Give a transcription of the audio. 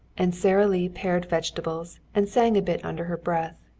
and sara lee pared vegetables and sang a bit under her breath,